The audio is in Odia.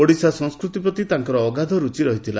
ଓଡ଼ିଶା ସଂସ୍କୃତି ପ୍ରତି ତାଙ୍କର ଅଗାଧ ଋଚି ଥିଲା